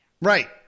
right